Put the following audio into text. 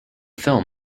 film